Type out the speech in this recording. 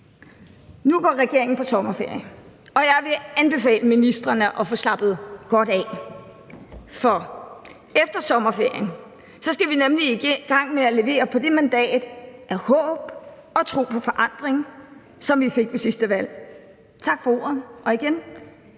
Nu går regeringen på sommerferie, og jeg vil anbefale ministrene at få slappet godt af, for efter sommerferien skal vi nemlig i gang med at levere på det mandat af håb og tro på forandring, som vi fik ved sidste valg. Og igen: